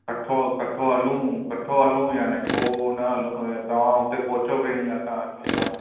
कठो कठो हलूं कठो हलूं या न पोइ न हलूं तव्हां हुते पहुचो पैणी असां अचूं था पोइ